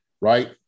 right